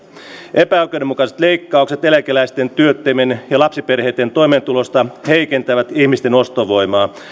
epäoikeudenmukaiset leikkaukset eläkeläisten työttömien ja lapsiperheiden toimeentulosta heikentävät ihmisten ostovoimaa